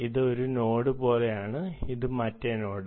ഇത് ഒരു നോഡ് പോലെയാണ് ഇത് മറ്റെ നോഡ്